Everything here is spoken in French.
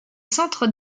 centres